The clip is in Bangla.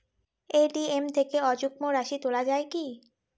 এ.টি.এম থেকে অযুগ্ম রাশি তোলা য়ায় কি?